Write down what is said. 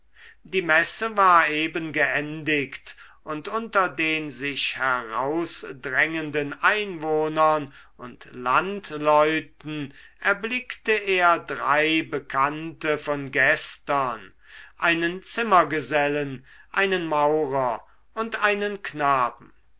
die messe war eben geendigt und unter den sich herausdrängenden einwohnern und landleuten erblickte er drei bekannte von gestern einen zimmergesellen einen maurer und einen knaben